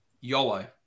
YOLO